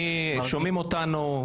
שומעים אותנו,